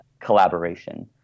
collaboration